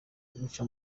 guca